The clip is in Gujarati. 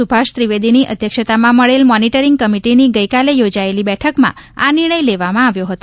સુભાષ ત્રિવેદીની અધ્યક્ષતામાં મળેલ મોનીટરીગ કમિટીની ગઇકાલે યોજાયેલી બેઠકમાં આ નિર્ણય લેવામાં આવ્યો હતો